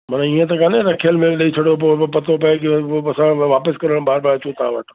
मन ईअं त कोन्हे न रखियल माल ॾई छॾियो पोइ पियो पतो पए की असां वापिसि करण बार बार अचूं तव्हां वटि